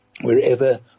wherever